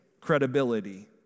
credibility